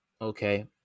Okay